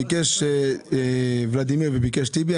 ביקש ולדימיר וביקש טיבי,